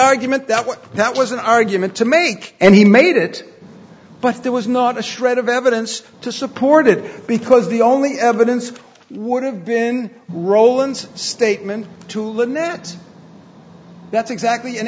argument that what that was an argument to make and he made it but there was not a shred of evidence to support it because the only evidence would have been roland's statement to lynette that's exactly in